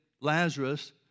Lazarus